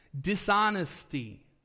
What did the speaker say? dishonesty